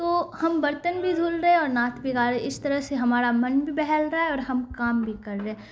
تو ہم برتن بھی دھل رہے اور نعت بھی گا رہے اس طرح سے ہمارا من بھی بہل رہا ہے اور ہم کام بھی کر رہے